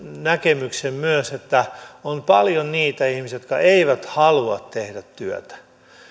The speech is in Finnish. näkemyksen että on paljon niitä ihmisiä jotka eivät halua tehdä työtä